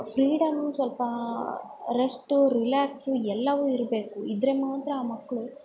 freedom ಸ್ವಲ್ಪ rest relax ಎಲ್ಲವೂ ಇರಬೇಕು ಇದ್ರೆ ಮಾತ್ರ ಆ ಮಕ್ಳು